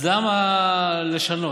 אז למה לשנות,